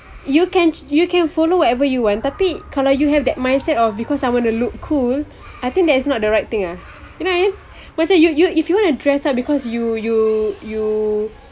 you can you can follow whatever you want tapi kalau you have that mindset of because I wanna look cool I think that is not the right thing err you know what I mean why say you you if you want to dress up because you you you